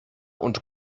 und